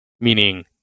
meaning